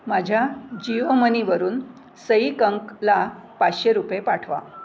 माझ्या जिओ मनीवरून सई कंकला पाचशे रुपये पाठवा